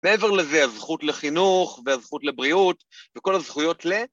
מעבר לזה הזכות לחינוך והזכות לבריאות וכל הזכויות ל...